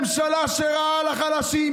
ממשלה שרעה לחלשים,